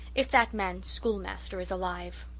if that man's schoolmaster is alive.